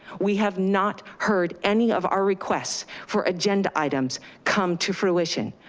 we have not heard any of our requests for agenda items come to fruition.